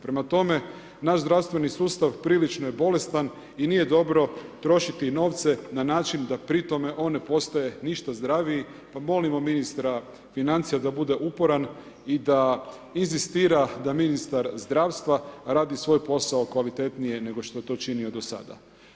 Prema tome, naš zdravstveni sustav prilično je bolestan i nije dobro trošiti novce na način pri tome on ne postaje ništa zdraviji pa molimo ministra financija da bude uporan i da inzistira da ministar zdravstva radi svoj posao kvalitetnije nego što je to činio do sada.